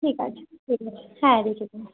ঠিক আছে ঠিক আছে হ্যাঁ রেখে দিন